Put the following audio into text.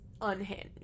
unhinged